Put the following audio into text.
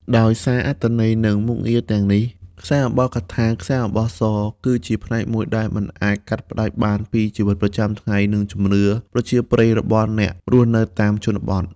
ដោយសារអត្ថន័យ និងមុខងារទាំងនេះ ខ្សែអំបោះកថា ខ្សែអំបោះស គឺជាផ្នែកមួយដែលមិនអាចកាត់ផ្ដាច់បានពីជីវិតប្រចាំថ្ងៃ និងជំនឿប្រជាប្រិយរបស់អ្នករស់នៅតាមជនបទ។